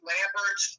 Lambert